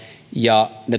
ja ne